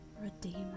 redeemer